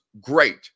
great